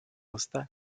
jste